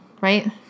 right